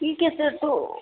ठीक है सर तो